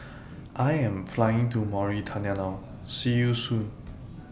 I Am Flying to Mauritania now See YOU Soon